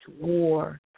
War